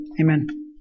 amen